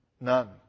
None